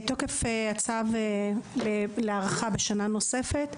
תוקף הצו להארכה בשנה נוספת.